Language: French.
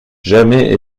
jamais